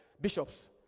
bishops